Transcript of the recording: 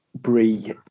Brie